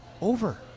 over